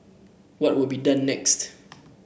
what will be done next